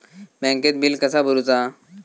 बँकेत बिल कसा भरुचा?